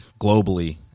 globally